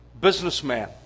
businessman